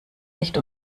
nicht